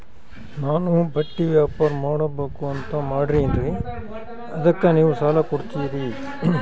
ನಾನು ಬಟ್ಟಿ ವ್ಯಾಪಾರ್ ಮಾಡಬಕು ಅಂತ ಮಾಡಿನ್ರಿ ಅದಕ್ಕ ನೀವು ಸಾಲ ಕೊಡ್ತೀರಿ?